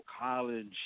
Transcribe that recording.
college